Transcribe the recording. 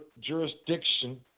jurisdiction